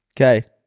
okay